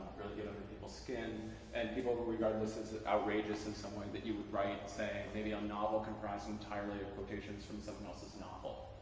really get under people's skin and people will regard this as outrageous in some way that you would write say, maybe a um novel comprised entirely of quotations from someone else's novel,